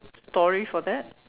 story for that